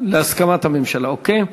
להסכמת הממשלה, אוקיי?